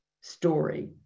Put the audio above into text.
story